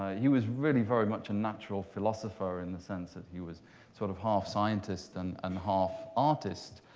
he was really very much a natural philosopher in the sense that he was sort of half scientist and and half artist.